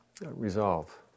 resolve